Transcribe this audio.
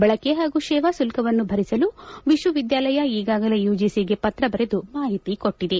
ಬಳಕೆ ಹಾಗೂ ಸೇವಾಶುಲ್ತವನ್ನು ಭರಿಸಲು ವಿಶ್ವವಿದ್ಯಾಲಯ ಈಗಾಗಲೇ ಯುಜಿಸಿಗೆ ಪತ್ರ ಬರೆದು ಮಾಹಿತಿ ಕೊಟ್ಟಿದೆ